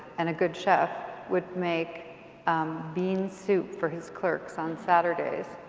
and a good chef would make bean soup for his clerks on saturdays.